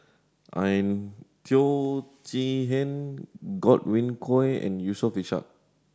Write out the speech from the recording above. Teo Chee Hean Godwin Koay and Yusof Ishak